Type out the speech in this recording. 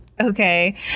Okay